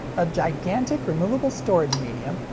a gigantic removable storage medium,